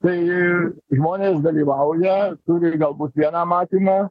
tai žmonės dalyvauja turi ir galbūt vieną matymą